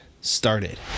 started